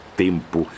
tempo